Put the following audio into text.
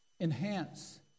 enhance